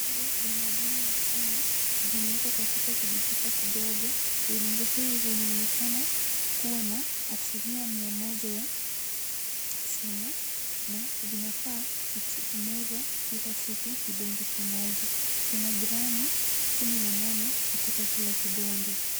Tembe vya madini ya chuma vimewekwa katika vijichupa vidogo. Vidonge hivi vinaonekana kuwa na asilimia mia moja ya chuma na vinafaa kumezwa kila siku kidonge kimoja. Kina gramu kumi na nane katika kila kidonge.